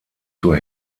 zur